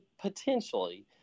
potentially